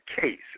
case